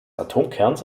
atomkerns